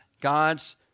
God's